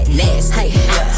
nasty